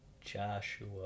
Joshua